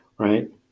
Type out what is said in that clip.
Right